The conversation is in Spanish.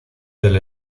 del